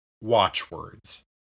watchwords